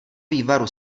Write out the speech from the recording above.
vývaru